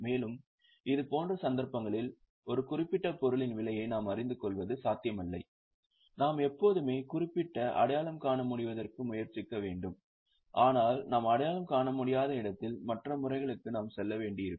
மேலும் இதுபோன்ற சந்தர்ப்பங்களில் ஒரு குறிப்பிட்ட பொருளின் விலையை நாம் அறிந்து கொள்வது சாத்தியமில்லை நாம் எப்போதுமே குறிப்பிட்ட பொருளை அடையாளம் காண முயற்சிக்க வேண்டும் ஆனால் நாம் அடையாளம் காண முடியாத நேரத்தில் மற்ற முறைகளுக்கு நாம் செல்ல வேண்டியிருக்கும்